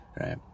right